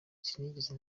sinigeze